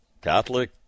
Catholic